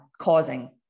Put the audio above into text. causing